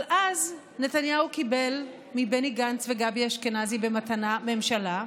אבל אז נתניהו קיבל מבני גנץ וגבי אשכנזי במתנה ממשלה,